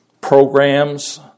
programs